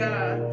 God